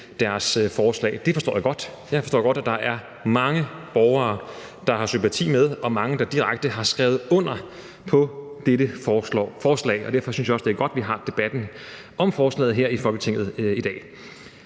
deres forslag. Det forstår jeg godt. Jeg forstår godt, at der er mange borgere, der har sympati med dette forslag, og mange, der direkte har skrevet under på det. Derfor synes jeg også, det er godt, at vi har debatten om forslaget her i Folketinget i dag.